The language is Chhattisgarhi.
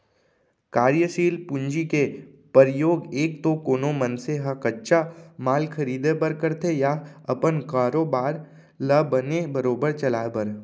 कारयसील पूंजी के परयोग एक तो कोनो मनसे ह कच्चा माल खरीदें बर करथे या अपन कारोबार ल बने बरोबर चलाय बर